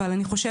אבל אני חושבת,